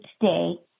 today